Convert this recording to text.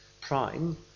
prime